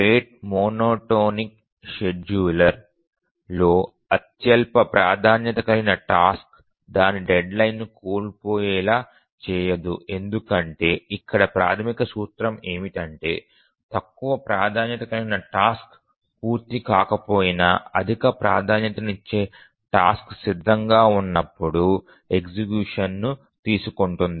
rate monotonic షెడ్యూలర్లో అత్యల్ప ప్రాధాన్యత కలిగిన టాస్క్ దాని డెడ్లైన్ను కోల్పోయేలా చేయదు ఎందుకంటే ఇక్కడ ప్రాథమిక సూత్రం ఏమిటంటే తక్కువ ప్రాధాన్యత కలిగిన టాస్క్ పూర్తి కాకపోయినా అధిక ప్రాధాన్యతనిచ్చే టాస్క్ సిద్ధంగా ఉన్నప్పుడు ఎగ్జిక్యూషన్ కు తీసుకుంటుంది